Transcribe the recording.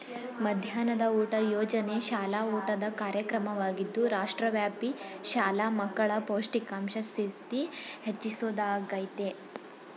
ಮಧ್ಯಾಹ್ನದ ಊಟ ಯೋಜನೆ ಶಾಲಾ ಊಟದ ಕಾರ್ಯಕ್ರಮವಾಗಿದ್ದು ರಾಷ್ಟ್ರವ್ಯಾಪಿ ಶಾಲಾ ಮಕ್ಕಳ ಪೌಷ್ಟಿಕಾಂಶ ಸ್ಥಿತಿ ಹೆಚ್ಚಿಸೊದಾಗಯ್ತೆ